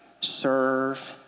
serve